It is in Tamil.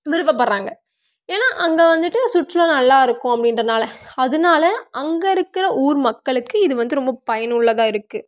விருப்பப்படுறாங்க ஏன்னால் அங்கேவந்துட்டு சுற்றுலா நல்லாயிர்க்கும் அப்படின்றதால அதனால அங்கே இருக்கிற ஊர் மக்களுக்கு இது வந்து ரொம்ப பயனுள்ளதாக இருக்குது